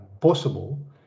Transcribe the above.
possible